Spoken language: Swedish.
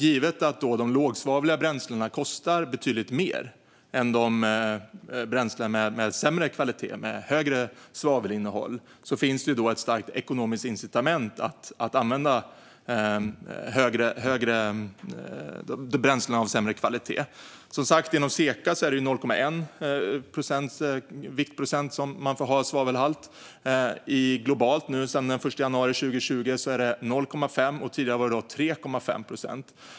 Givet att de lågsvavliga bränslena kostar betydligt mer än bränslen med sämre kvalitet och högre svavelinnehåll finns det ett starkt ekonomiskt incitament att använda bränslen av sämre kvalitet. Inom SECA får svavelhalten som sagt vara 0,1 viktprocent. Globalt är det 0,5 procent sedan den 1 januari 2020; tidigare var det 3,5 procent.